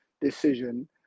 decision